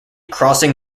crossing